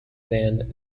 than